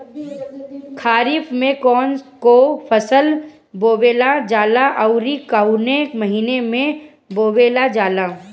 खरिफ में कौन कौं फसल बोवल जाला अउर काउने महीने में बोवेल जाला?